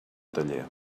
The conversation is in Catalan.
taller